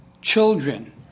children